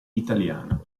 italiana